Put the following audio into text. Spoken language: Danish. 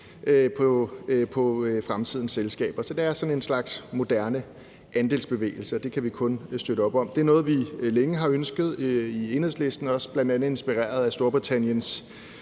på fremtidens selskaber. Så det er sådan en slags moderne andelsbevægelse, og det kan vi kun støtte op om. Det er noget, vi længe har ønsket i Enhedslisten, bl.a. inspireret af Storbritanniens